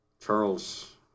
Charles